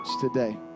today